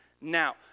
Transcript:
now